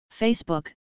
Facebook